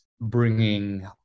bringing